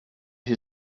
who